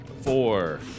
Four